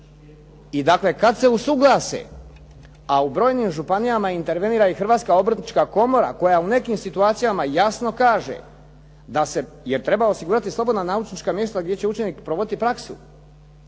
I dakle kada se usuglase a u brojnim županijama intervenira i Hrvatska obrtnička komora koja u nekim situacijama jasno kaže da se, jer treba osigurati slobodna naučnička mjesta gdje će učenik provoditi praksu.